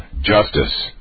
justice